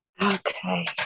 Okay